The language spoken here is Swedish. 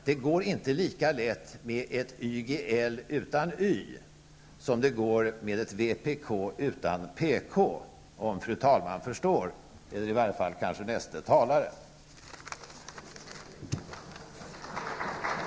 Det går inte lika lätt med ett YGL utan Y som det går med ett vpk utan pk, om fru talmannen eller i varje fall näste talare förstår.